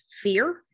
fear